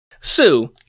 Sue